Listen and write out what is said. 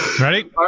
Ready